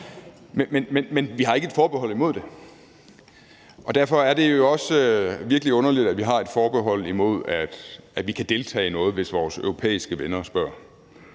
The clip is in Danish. men vi har ikke et forbehold imod det. Derfor er det jo så også virkelig underligt, at vi har et forbehold imod, at vi kan deltage i noget, hvis vores europæiske venner spørger.